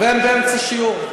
והם באמצע שיעור.